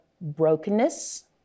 brokenness